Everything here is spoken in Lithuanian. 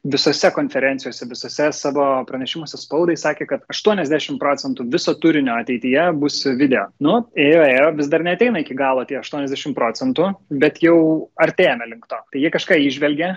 visose konferencijose visose savo pranešimuose spaudai sakė kad aštuoniasdešim procentų viso turinio ateityje bus video nu ėjo ėjo vis dar neateina iki galo tie aštuoniasdešim procentų bet jau artėja link to tai jie kažką įžvelgė